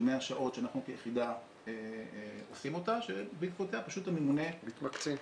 100 שעות שאנחנו כיחידה עושים אותו שבעקבותיה הממונה מתמקצע,